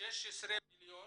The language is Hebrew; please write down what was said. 16 מיליון